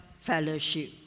fellowship